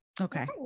okay